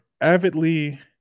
avidly